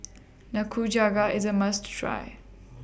Nikujaga IS A must Try